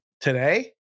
today